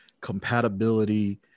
compatibility